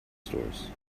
stores